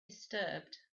disturbed